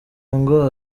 ngo